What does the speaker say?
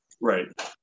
Right